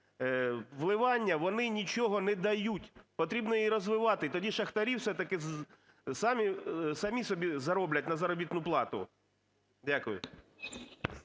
вливання, вони нічого не дають, потрібно її розвивати, і тоді шахтарі все-таки самі собі зароблять на заробітну плату. Дякую.